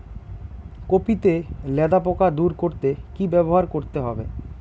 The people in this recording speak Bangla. কপি তে লেদা পোকা দূর করতে কি ব্যবহার করতে হবে?